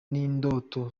n’indoto